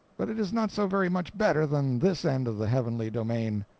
but it is not so very much better than this end of the heavenly domain.